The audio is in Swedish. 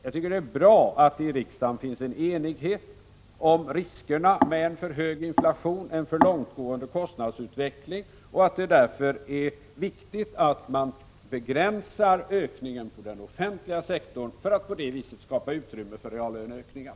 Jag tycker att det är bra att det finns en enighet i riksdagen om riskerna med en för hög inflation och en för långtgående kostnadsutveckling och att det därför är viktigt att man begränsar tillväxten inom den offentliga sektorn för att på det viset skapa utrymme för reallöneökningar.